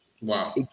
wow